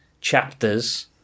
Chapters